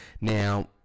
now